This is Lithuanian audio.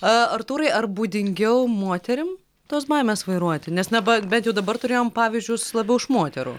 artūrai ar būdingiau moterim tos baimės vairuoti nes neba bet jau dabar turėjom pavyzdžius labiau iš moterų